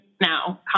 now